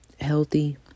healthy